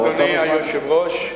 אדוני היושב-ראש,